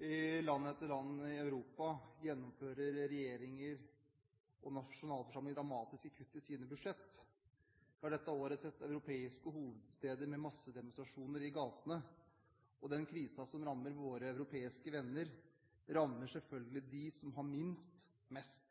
I land etter land i Europa gjennomfører regjeringer og nasjonalforsamlinger dramatiske kutt i sine budsjetter. Vi har dette året sett i europeiske hovedsteder massedemonstrasjoner i gatene, og den krisen som rammer våre europeiske venner, rammer selvfølgelig dem som har minst, mest.